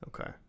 okay